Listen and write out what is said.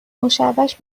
مشوش